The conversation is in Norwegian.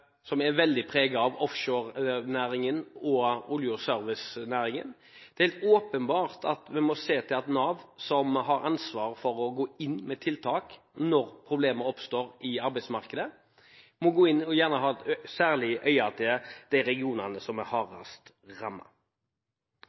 som er veldig preget av offshorenæringen og olje- og servicenæringen. Det er helt åpenbart at vi må se til at Nav, som har ansvar for å gå inn med tiltak når problemer oppstår i arbeidsmarkedet, har et særlig øye med de regionene som er hardest